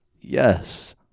Yes